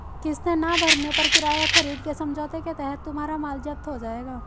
किस्तें ना भरने पर किराया खरीद के समझौते के तहत तुम्हारा माल जप्त हो जाएगा